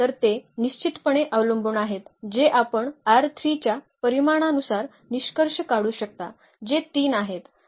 तर ते निश्चितपणे अवलंबून आहेत जे आपण च्या परिमाणानुसार निष्कर्ष काढू शकता जे 3 आहे